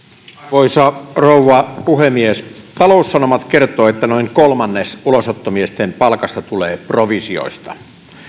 arvoisa rouva puhemies taloussanomat kertoi että noin kolmannes ulosottomiesten palkasta tulee provisioista